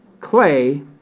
clay